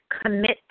commit